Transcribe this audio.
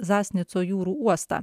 zasnico jūrų uostą